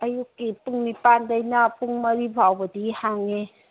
ꯑꯌꯨꯛꯀꯤ ꯄꯨꯡ ꯅꯤꯄꯥꯜꯗꯩꯅ ꯄꯨꯡ ꯃꯔꯤ ꯐꯥꯎꯕꯗꯤ ꯍꯥꯡꯉꯦ